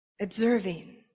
observing